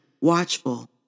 watchful